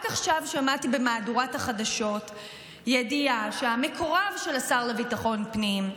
רק עכשיו שמעתי במהדורת החדשות ידיעה שהמקורב של השר לביטחון פנים,